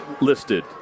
listed